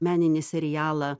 meninį serialą